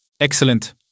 Excellent